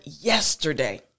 yesterday